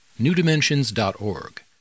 newdimensions.org